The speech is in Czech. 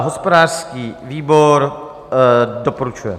Hospodářský výbor doporučuje.